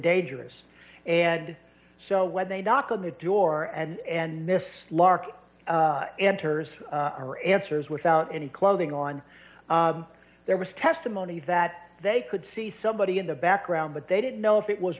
dangerous and so when they knock on the door and miss lark enters or answers without any clothing on there was testimony that they could see somebody in the background but they didn't know if it was